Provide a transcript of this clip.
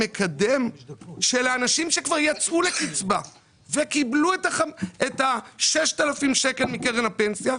המקדם של האנשים שכבר יצאו לקצבה וקיבלו את ה-6,000 שקלים מקרן הפנסיה,